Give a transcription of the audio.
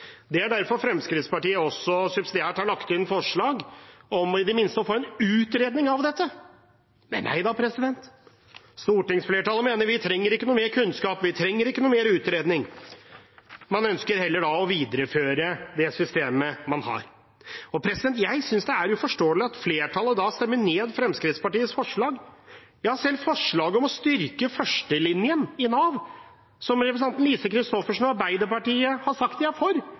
Det er derfor Fremskrittspartiet også subsidiært har lagt inn forslag om i det minste å få en utredning av dette. Men nei da, stortingsflertallet mener vi ikke trenger noe mer kunnskap, ikke noe mer utredning. Man ønsker heller å videreføre det systemet man har. Jeg synes det er uforståelig at flertallet stemmer ned Fremskrittspartiets forslag. Ja, selv forslaget om å styrke førstelinjen i Nav, noe representanten Lise Christoffersen og Arbeiderpartiet har sagt de er for,